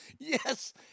Yes